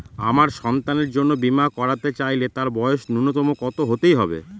আমার সন্তানের জন্য বীমা করাতে চাইলে তার বয়স ন্যুনতম কত হতেই হবে?